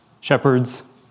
Shepherds